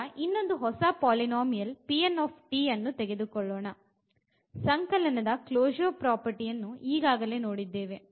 ಈಗ ಇನ್ನೊಂದು ಹೊಸ ಪಾಲಿನೋಮಿಯಲ್ ಅನ್ನು ತೆಗೆದುಕೊಳ್ಳೋಣ ಸಂಕಲನದ ಕ್ಲೊಶೂರ್ ಪ್ರಾಪರ್ಟಿ ಅನ್ನು ಈಗಾಗಲೇ ನೋಡಿದ್ದೇವೆ